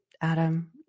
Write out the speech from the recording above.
Adam